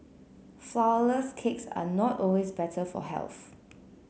flourless cakes are not always better for health